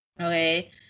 okay